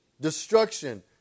destruction